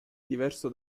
diverso